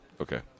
Okay